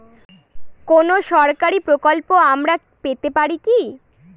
কোন সরকারি প্রকল্প আমরা পেতে পারি কি?